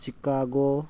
Chicago